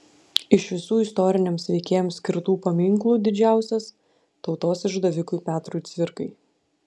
iš visų istoriniams veikėjams skirtų paminklų didžiausias tautos išdavikui petrui cvirkai